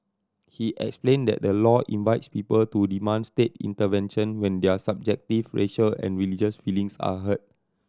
he explained that the law invites people to demand state intervention when their subjective racial and religious feelings are hurt